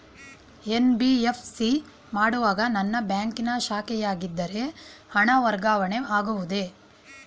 NBFC ಮಾಡುವಾಗ ನನ್ನ ಬ್ಯಾಂಕಿನ ಶಾಖೆಯಾಗಿದ್ದರೆ ಹಣ ವರ್ಗಾವಣೆ ಆಗುವುದೇ?